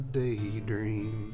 daydream